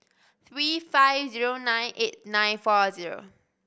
three five zero nine eight nine four zero